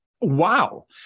Wow